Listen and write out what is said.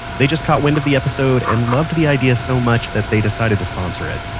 they just caught wind of the episode and loved the idea so much that they decided to sponsor it.